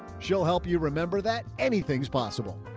she'll help you remember that anything's possible.